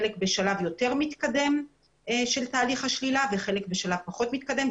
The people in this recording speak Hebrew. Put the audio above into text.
חלק בשלב יותר מתקדם של תהליך השלילה וחלק בשלב פחות מתקדם.